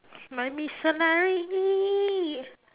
my